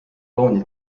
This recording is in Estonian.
kaunid